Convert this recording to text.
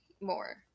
more